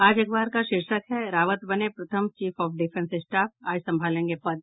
आज अखबार का शीर्षक है रावत बने प्रथम चीफ ऑफ डिफेंस स्टाफ आज संभालेंगे पद